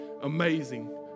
amazing